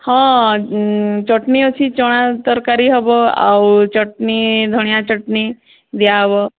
ହଁ ଚଟନୀ ଅଛି ଚଣା ତରକାରୀ ହେବ ଆଉ ଚଟନୀ ଧଣିଆ ଚଟନୀ ଦିଆହେବ